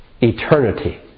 eternity